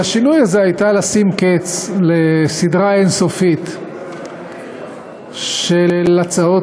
של השינוי הזה הייתה לשים קץ לסדרה אין-סופית של הצעות